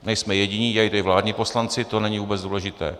Nejsme jediní, dělají to i vládní poslanci, to není vůbec důležité.